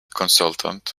consultant